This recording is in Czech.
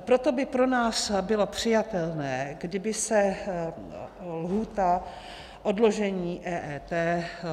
Proto by pro nás bylo přijatelné, kdyby se lhůta odložení EET